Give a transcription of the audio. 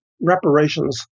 reparations